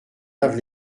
lave